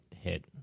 hit